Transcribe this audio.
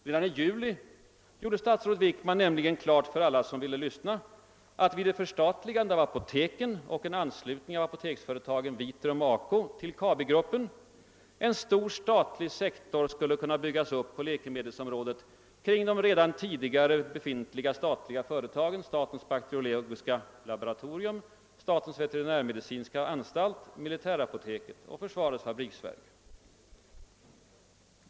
Redan i juli gjorde statsrådet Wickman nämligen klart för alla som ville lyssna att vid ett förstatligande av apoteken och en anslutning av apoteksföretagen Vitrum och ACO till Kabigruppen en stor statlig sektor skulle kunna byggas upp på läkemedelsområdet kring de redan tidigare befintliga statliga företagen: statens bakteriologiska laboratorium, statens veterinärmedicinska anstalt, militärapoteket och försvarets fabriksverk.